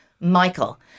Michael